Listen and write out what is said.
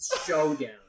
showdown